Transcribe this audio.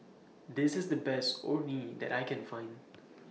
This IS The Best Orh Nee that I Can Find